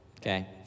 Okay